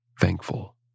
thankful